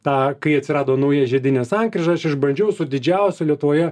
tą kai atsirado nauja žiedinė sankryža aš išbandžiau su didžiausiu lietuvoje